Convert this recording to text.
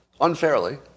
unfairly